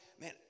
man